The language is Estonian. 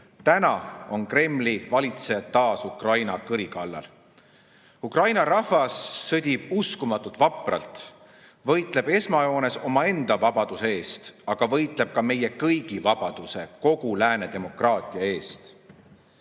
Täna on Kremli valitsejad taas Ukraina kõri kallal. Ukraina rahvas sõdib uskumatult vapralt, võitleb esmajoones omaenda vabaduse eest, aga võitleb ka meie kõigi vabaduse ja kogu lääne demokraatia eest.